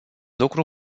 lucru